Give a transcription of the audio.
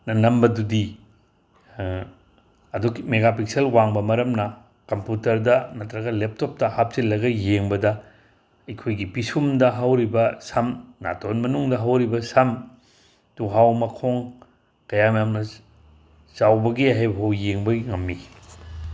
ꯅ ꯅꯝꯕꯗꯨꯗꯤ ꯑꯗꯨꯛꯀꯤ ꯃꯦꯒꯥꯄꯤꯛꯁꯦꯜ ꯋꯥꯡꯕ ꯃꯔꯝꯅ ꯀꯝꯄꯨꯇ꯭ꯔꯗ ꯅꯠꯇ꯭ꯔꯒ ꯂꯦꯞꯇꯣꯞꯇ ꯍꯥꯞꯆꯤꯜꯂꯒ ꯌꯦꯡꯕꯗ ꯑꯩꯈꯣꯏꯒꯤ ꯄꯤꯁꯨꯝꯗ ꯍꯧꯔꯤꯕ ꯁꯝ ꯅꯥꯇꯣꯟ ꯃꯅꯨꯡꯗ ꯍꯧꯔꯤꯕ ꯁꯝ ꯇꯨꯍꯥꯎ ꯃꯈꯣꯡ ꯀꯌꯥꯝ ꯌꯥꯝꯅ ꯆꯥꯎꯕꯒꯦ ꯍꯥꯏꯕꯐꯥꯎ ꯌꯦꯡꯕ ꯉꯝꯃꯤ